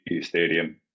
Stadium